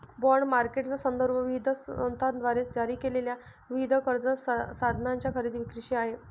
bond मार्केटचा संदर्भ विविध संस्थांद्वारे जारी केलेल्या विविध कर्ज साधनांच्या खरेदी विक्रीशी आहे